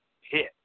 hit